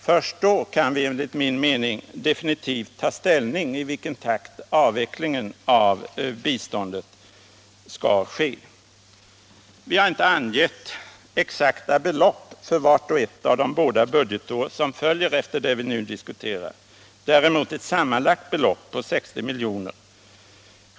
Först då kan vi enligt min mening definitivt ta ställning till i vilken takt avvecklingen av biståndet skall ske. Vi har inte angett exakta belopp för vart och ett av de båda budgetår som följer efter det vi nu diskuterar, däremot ett sammanlagt belopp av 60 milj.kr.